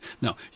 no